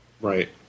Right